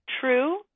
true